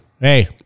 Hey